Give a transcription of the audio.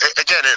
again